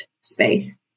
space